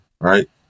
right